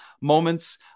moments